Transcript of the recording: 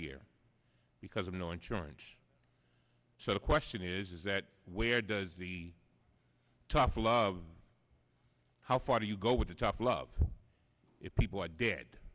year because of no insurance so the question is is that where does the tough love how far do you go with the tough love it people are dead